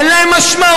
אין להם משמעות,